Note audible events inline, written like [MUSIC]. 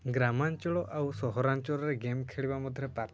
ଗ୍ରାମାଞ୍ଚଳ ଆଉ ସହରାଞ୍ଚଳରେ ଗେମ୍ ଖେଳିବା ମଧ୍ୟରେ [UNINTELLIGIBLE]